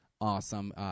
awesome